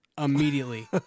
Immediately